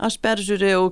aš peržiūrėjau